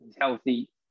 healthy